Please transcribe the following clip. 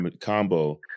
combo